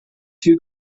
two